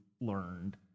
learned